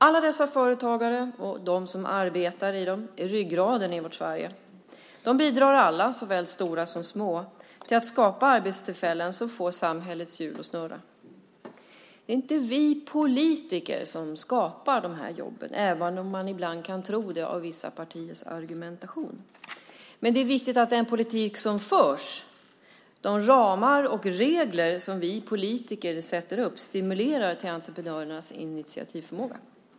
Alla dessa företagare och de som arbetar i dem är ryggraden i vårt Sverige. De bidrar alla, såväl stora som små, till att skapa arbetstillfällen som får samhällets hjul att snurra. Det är inte vi politiker som skapar dessa jobb, även om man ibland kan tro det av vissa partiers argumentation. Men det är viktigt att den politik som förs, de ramar och regler som vi politiker sätter upp, stimulerar till entreprenörernas initiativförmåga.